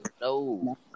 No